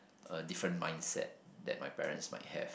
a different mindset that my parents might have